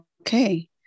okay